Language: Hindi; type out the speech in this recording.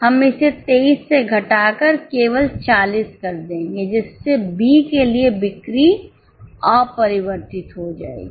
हम इसे 23 से घटाकर केवल 40 कर देंगे जिससे बी के लिए बिक्री परिवर्तित हो जाएगी